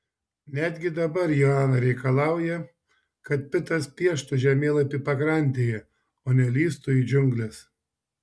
netgi dabar joana reikalauja kad pitas pieštų žemėlapį pakrantėje o ne lįstų į džiungles